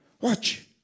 Watch